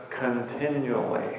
Continually